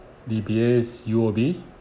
D_B_S U_O_B